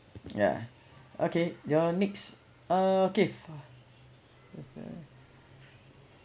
yeah okay your next uh okay